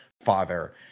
father